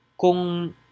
Kung